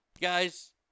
Guys